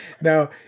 Now